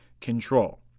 control